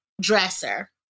dresser